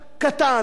הכול נכון.